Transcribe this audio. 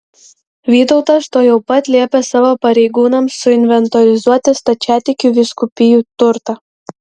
vytautas tuojau pat liepė savo pareigūnams suinventorizuoti stačiatikių vyskupijų turtą